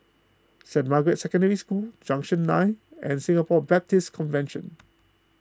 Saint Margaret's Secondary School Junction nine and Singapore Baptist Convention